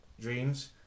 dreams